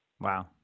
Wow